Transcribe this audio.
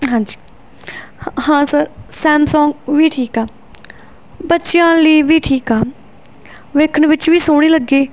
ਹਾਂਜੀ ਹਾਂ sir Samsung ਵੀ ਠੀਕ ਆ ਬੱਚਿਆਂ ਲਈ ਵੀ ਠੀਕ ਆ ਵੇਖਣ ਵਿੱਚ ਵੀ ਸੋਹਣੀ ਲੱਗੇ